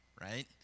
right